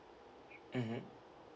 mmhmm